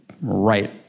right